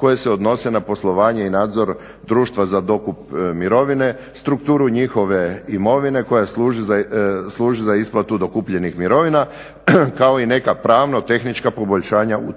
koje se odnose na poslovanje i nadzor Društva za dokup mirovine, strukturu njihove imovine koja služi za isplatu dokupljenih mirovina kao i neka pravno-tehnička poboljšanja u